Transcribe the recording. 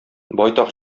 байтак